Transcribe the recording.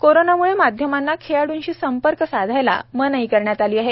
कोरोनाम्ळे माध्यमांना खेळाड्रंशी संपर्क साधायला मनाई करण्यात आली आहे